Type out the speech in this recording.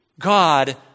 God